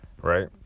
right